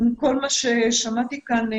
כל מה ששמעתי כאן.